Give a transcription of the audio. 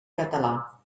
català